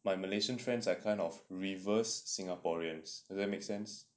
my malaysian friends are kind of reverse singaporeans does that make sense